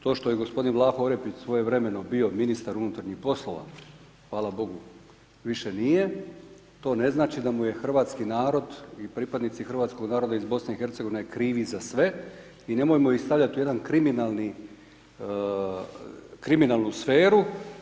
To što je gospodin Vlaho Orepić svojevremeno bio Ministar unutarnjih poslova, hvala Bogu više nije, to ne znači da mu je hrvatski narod i pripadnici hrvatskog naroda iz BiH krivi za sve i nemojmo ih stavljati u jedan kriminalni, kriminalnu sferu.